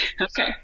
Okay